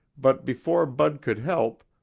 but before bud could help,